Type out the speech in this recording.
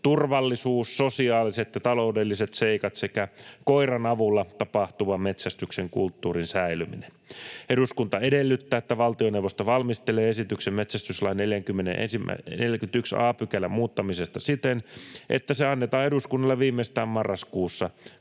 turvallisuus, sosiaaliset ja taloudelliset seikat sekä koiran avulla tapahtuvan metsästyksen kulttuurin säilyminen.” ”Eduskunta edellyttää, että valtioneuvosto valmistelee esityksen metsästyslain 41 a §:n muuttamisesta siten, että se annetaan eduskunnalle viimeistään marraskuussa